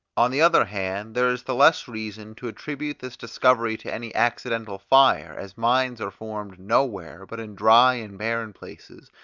on the other hand, there is the less reason to attribute this discovery to any accidental fire, as mines are formed nowhere but in dry and barren places,